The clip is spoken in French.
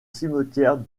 cimetière